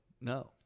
no